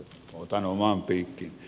otan omaan piikkiin